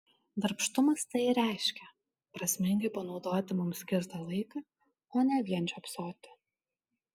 darbštumas tai ir reiškia prasmingai panaudoti mums skirtą laiką o ne vien žiopsoti